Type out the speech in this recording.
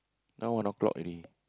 now one o-clock already